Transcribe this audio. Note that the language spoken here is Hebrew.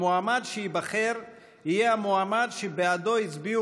המועמד שייבחר יהיה המועמד שבעדו